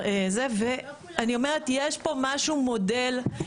אני אומרת שיש פה מודל --- תודה.